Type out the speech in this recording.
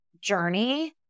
journey